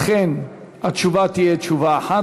אכן התשובה תהיה תשובה אחת,